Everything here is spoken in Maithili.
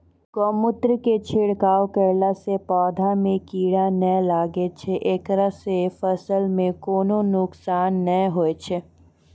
गोमुत्र के छिड़काव करला से पौधा मे कीड़ा नैय लागै छै ऐकरा से फसल मे कोनो नुकसान नैय होय छै?